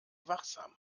wachsam